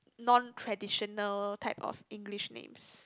non traditional type of English names